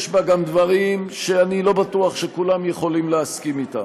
יש בה גם דברים שאני לא בטוח שכולם יכולים להסכים להם.